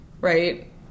right